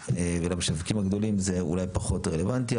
ולמשווקים הגדולים זה אולי פחות רלוונטי.